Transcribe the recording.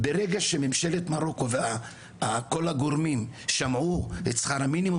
ברגע שממשלת מרוקו וכל הגורמים שמעו את שכר המינימום